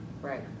right